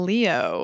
Leo